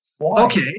okay